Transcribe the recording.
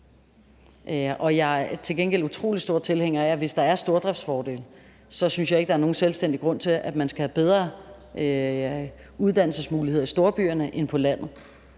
Jeg er til gengæld utrolig stor tilhænger af stordriftsfordele, så hvis der er det, synes jeg ikke, der er nogen selvstændig grund til, at man skal have bedre uddannelsesmuligheder i storbyerne end på landet.